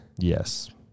Yes